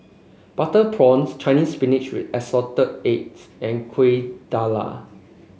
Butter Prawns Chinese Spinach with Assorted Eggs and Kuih Dadar